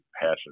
passion